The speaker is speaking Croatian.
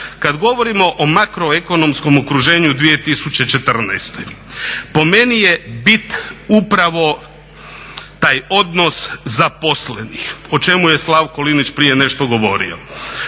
Kada govorimo o makroekonomskom okruženju u 2014.po meni je bit upravo taj odnos zaposlenih, o čemu je Slavko Linić nešto prije govorio.